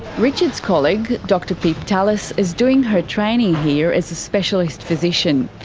richard's colleague, dr pip tallis is doing her training here as a specialist physician.